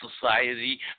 society